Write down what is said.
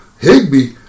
Higby